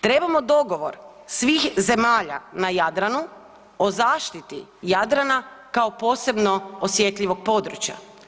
Trebamo dogovor svih zemalja na Jadranu o zaštiti Jadrana kao posebno osjetljivog područja.